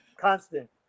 Constant